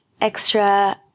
extra